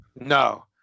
no